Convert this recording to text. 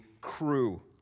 crew